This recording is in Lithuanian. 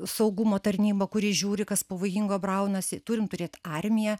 saugumo tarnybą kuri žiūri kas pavojingo braunasi turim turėt armiją